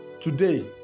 today